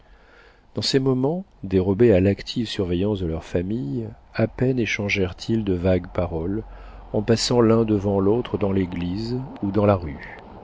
dans ces moments dérobés à l'active surveillance de leurs familles à peine échangèrent ils de vagues paroles en passant l'un devant l'autre dans l'église ou dans la rue